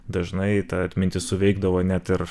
dažnai ta atmintis suveikdavo net ir